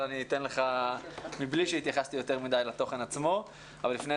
אבל אני אתן לך להתייחס מבלי שהתייחסתי יותר מדי לתוכן עצמו.